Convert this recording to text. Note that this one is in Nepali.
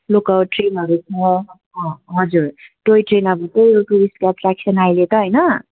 लोकल ट्रेनहरू छ अँ हजुर टोय ट्रेन अब त्यही हो टुरिस्टको एट्र्याक्सन अहिले त होइन